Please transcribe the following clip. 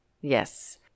Yes